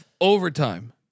overtime